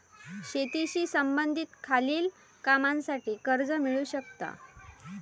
शेतीशी संबंधित खालील कामांसाठी कर्ज मिळू शकता